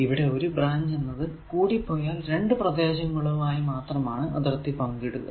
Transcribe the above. ഇവിടെ ഒരു ബ്രാഞ്ച് എന്നത് കൂടിപ്പോയാൽ രണ്ടു പ്രദേശങ്ങളുമായി മാത്രമാണ് അതിർത്തി പങ്കു വെക്കുക